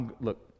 look